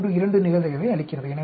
3332 நிகழ்தகவை அளிக்கிறது